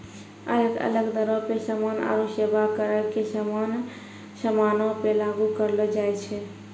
अलग अलग दरो पे समान आरु सेबा करो के समानो पे लागू करलो जाय छै